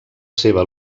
seva